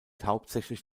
hauptsächlich